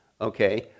okay